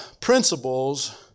principles